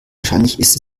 wahrscheinlich